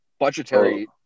Budgetary